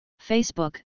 Facebook